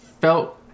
felt